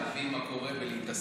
להבין מה קורה ולהתעסק,